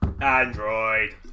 Android